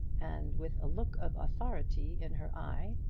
and with a look of authority in her eye,